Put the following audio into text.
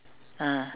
ah